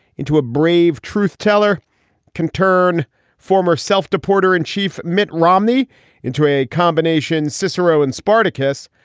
into a brave truth teller can turn former self deporter in chief mitt romney into a combination cicero and spartacus.